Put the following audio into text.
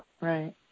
right